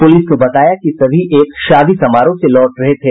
police ने बताया कि सभी एक शादी समारोह से लौट रहे थे